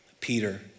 Peter